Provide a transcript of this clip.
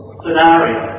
scenario